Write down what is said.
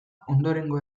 ondorengo